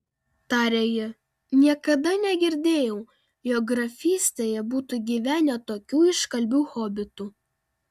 tarė ji niekada negirdėjau jog grafystėje būtų gyvenę tokių iškalbių hobitų